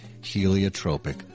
heliotropic